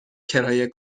کرایه